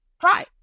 try